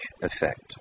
effect